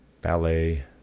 ballet